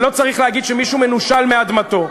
ולא צריך להגיד שמישהו מנושל מאדמתו.